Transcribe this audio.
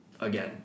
again